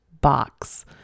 box